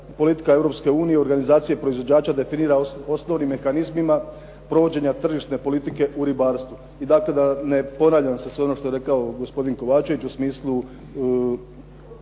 politika Europske unije organizacije proizvođača definira osnovnim mehanizmima, provođenja tržišne politike u ribarstvu. I dakle da ne ponavljam sve ono što je rekao gospodin Kovačević u smislu